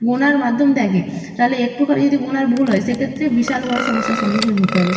গোনার মাধ্যম থাকে তাহলে একটুখানি যদি গোনার ভুল হয় সেক্ষেত্রে বিশাল বড় সমস্যার সম্মুখীন হতে হবে